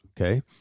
Okay